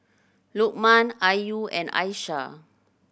Lukman Ayu and Aishah